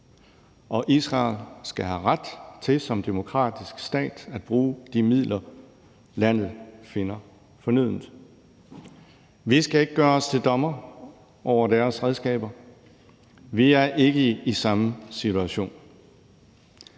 og Israel skal have ret til som demokratisk stat at bruge de midler, landet finder fornødent. Vi skal ikke gøre os til dommere over deres redskaber. Vi er ikke i samme situation.